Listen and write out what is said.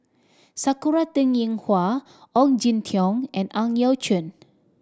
Sakura Teng Ying Hua Ong Jin Teong and Ang Yau Choon